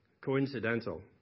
coincidental